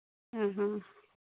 ᱦᱩᱸ ᱦᱩᱸ